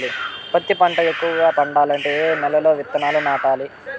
పత్తి పంట ఎక్కువగా పండాలంటే ఏ నెల లో విత్తనాలు నాటాలి?